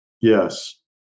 Yes